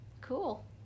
Cool